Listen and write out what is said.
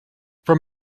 from